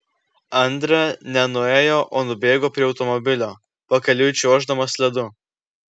andre ne nuėjo o nubėgo prie automobilio pakeliui čiuoždamas ledu